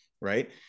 Right